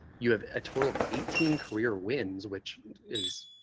you have a total of eighteen career wins, which is,